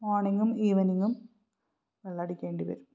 മോർണിങ്ങും ഈവനിങ്ങും വെള്ളമടിക്കേണ്ടി വരും